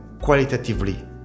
qualitatively